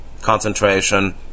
concentration